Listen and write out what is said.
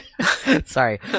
sorry